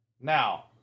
Now